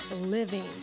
living